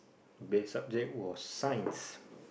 best subject was Science